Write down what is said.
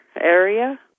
area